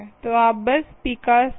तो आप बस पिका ले सकते हैं